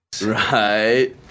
Right